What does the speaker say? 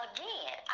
Again